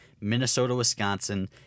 Minnesota-Wisconsin